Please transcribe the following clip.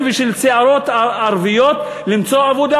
ערבים ושל צעירות ערביות למצוא עבודה.